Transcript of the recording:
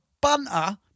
bunter